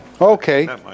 Okay